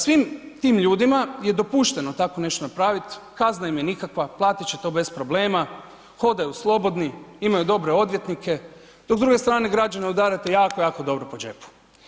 Svim tim ljudima je dopušteno takvo nešto napravit, kazna im je nikakva, platit će to bez problema, hodaju slobodni, imaju dobre odvjetnike, dok s druge strane građane udarate jako, jako dobro po džepu.